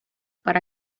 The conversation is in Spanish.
para